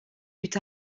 eut